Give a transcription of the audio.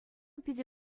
питӗ